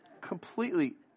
Completely